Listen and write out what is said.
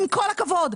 עם כל הכבוד.